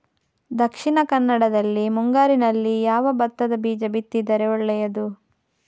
ದಕ್ಷಿಣ ಕನ್ನಡದಲ್ಲಿ ಮುಂಗಾರಿನಲ್ಲಿ ಯಾವ ಭತ್ತದ ಬೀಜ ಬಿತ್ತಿದರೆ ಒಳ್ಳೆಯದು?